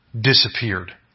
disappeared